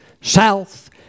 South